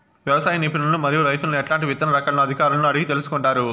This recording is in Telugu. వ్యవసాయ నిపుణులను మరియు రైతులను ఎట్లాంటి విత్తన రకాలను అధికారులను అడిగి తెలుసుకొంటారు?